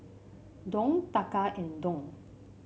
Dong Taka and Dong